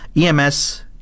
EMS